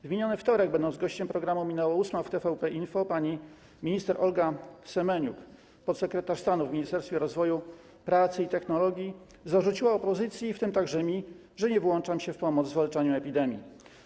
W miniony wtorek, będąc gościem programu „Minęła ósma” w TVP Info, pani minister Olga Semeniuk, podsekretarz stanu w Ministerstwie Rozwoju, Pracy i Technologii, zarzuciła opozycji, w tym także mi, że nie włączam się w pomoc w zwalczaniu epidemii.